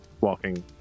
walking